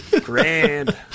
grand